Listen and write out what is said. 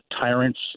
tyrants